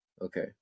okay